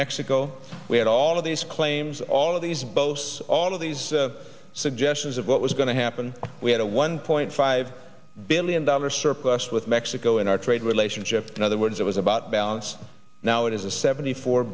mexico we had all of these claims all of these boasts all of these suggestions of what was going to happen we had a one point five billion dollar surplus with mexico in our trade relationship and other words it was about balance now it is a seventy four